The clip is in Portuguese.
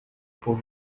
por